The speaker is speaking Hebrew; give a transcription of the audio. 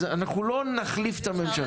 אז אנחנו לא נחליף את הממשלה,